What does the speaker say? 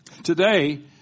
Today